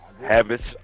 Habits